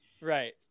Right